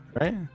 Right